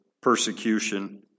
persecution